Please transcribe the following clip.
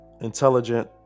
intelligent